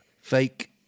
fake